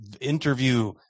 interview